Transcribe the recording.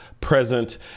present